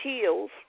heels